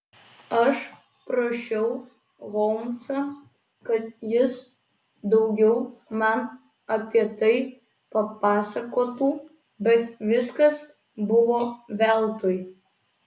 aš prašiau holmsą kad jis daugiau man apie tai papasakotų bet viskas buvo veltui